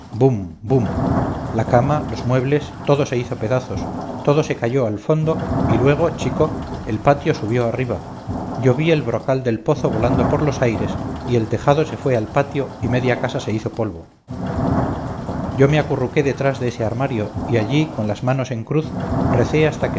la cama los muebles todo se hizo pedazos todo se cayó al fondo y luego chico el patio subió arriba yo vi el brocal del pozo volando por los aires y el tejado se fue al patio y media casa se hizo polvo yo me acurruqué detrás de ese armario y allí con las manos en cruz recé hasta